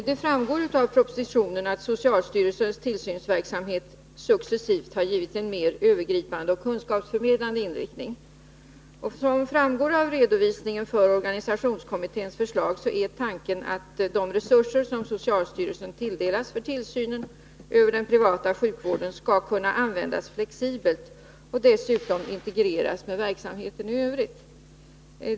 Herr talman! Av propositionen framgår att socialstyrelsens tillsynsverksamhet successivt givits en mer övergripande och kunskapsförmedlande inriktning. Som framgår av redovisningen för organisationskommitténs förslag är tanken att de resurser som socialstyrelsen tilldelas för tillsynen över den privata sjukvården skall kunna användas flexibelt och dessutom integreras med verksamheten i övrigt.